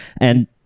and-